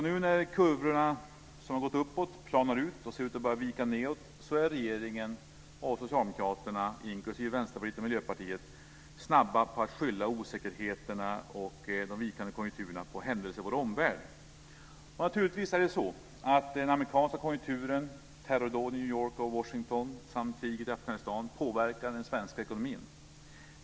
Nu när kurvorna, som tidigare gått uppåt, planar ut och ser ut att vika nedåt är regeringen, Socialdemokraterna, Vänsterpartiet och Miljöpartiet snabba med att skylla osäkerheten och de vikande konjunkturerna på händelser i vår omvärld. Det är naturligtvis så att den amerikanska konjunkturen, terrordåden i New York och Washington samt kriget i Afghanistan påverkar den svenska ekonomin.